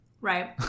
Right